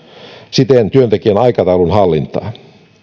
siten työntekijän aikataulun hallintaa